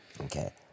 Okay